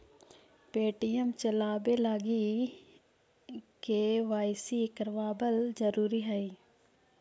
Paytm चलाबे लागी KYC करबाबल जरूरी हई